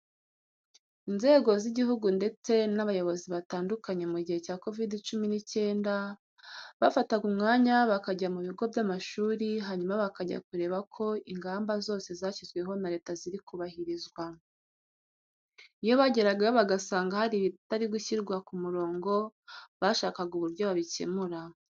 Inzego z'igihugu ndetse n'abayobozi batandukanye mu gihe cya kovidi cumi n'icyenda bafataga umwanya bakajya mu bigo by'amashuri, hanyuma bakajya kureba ko ingamba zose zashyizweho na Leta ziri kubahirizwa. Iyo bageragayo bagasanga hari ibitari gushyirwa ku murongo bashakaga uburyo babikemura.